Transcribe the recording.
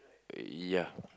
ya